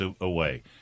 away